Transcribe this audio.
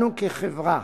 אנו כחברה,